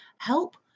help